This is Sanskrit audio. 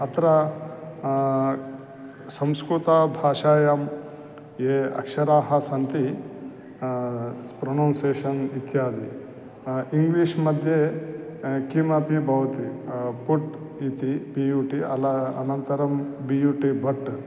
अत्र संस्कुतभाषायां यानि अक्षराणि सन्ति स्प्रनौन्सेशन् इत्यादि इङ्ग्लिश् मध्ये किमपि भवति पुट् इति पि यू टि अल अनन्तरं बि यू टि बट्